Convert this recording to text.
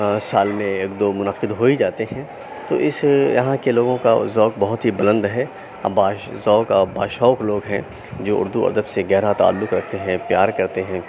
سال میں ایک دو منعقد ہو ہی جاتے ہیں تو اِس یہاں کے لوگوں کا ذوق بہت ہی بُلند ہے اور با ذوق اور با شوق لوگ ہیں جو اُردو ادب سے گہرا تعلق رکھتے ہیں پیار کرتے ہیں